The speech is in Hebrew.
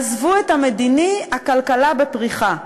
עזבו את המדיני, הכלכלה בפריחה,